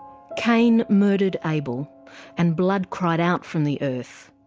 cain murdered abel and blood cried out from the earth.